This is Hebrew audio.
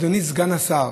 אדוני סגן השר,